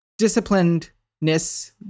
disciplinedness